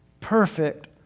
perfect